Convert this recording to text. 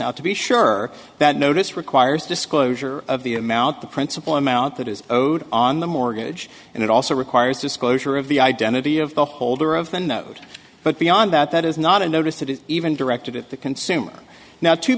now to be sure that notice requires disclosure of the amount the principal amount that is owed on the mortgage and it also requires disclosure of the identity of the holder of the note but beyond that that is not a notice that is even directed at the consumer now to